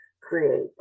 create